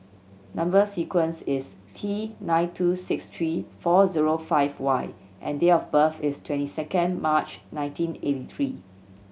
number sequence is T nine two six three four zero five Y and date of birth is twenty second March nineteen eighty three